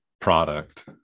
product